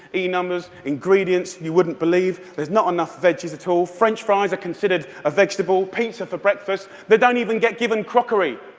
e numbers, ingredients you wouldn't believe there's not enough veggies at all. french fries are considered a vegetable. pizza for breakfast. they don't even get crockery.